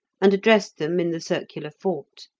and addressed them in the circular fort.